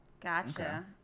Gotcha